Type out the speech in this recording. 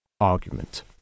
argument